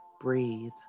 breathe